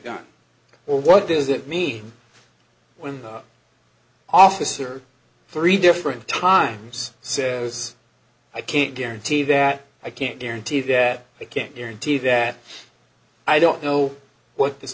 gun or what does it mean when the officer three different times says i can't guarantee that i can't guarantee that i can't guarantee that i don't know what t